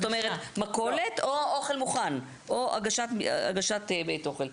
זאת אומרת, מכולת או אוכל מוכן או הגשת בית אוכל.